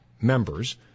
members